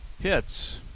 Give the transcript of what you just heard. hits